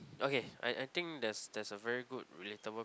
okay I I think there's there's a very good relatable